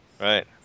right